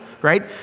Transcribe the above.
right